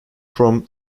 from